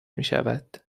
میشود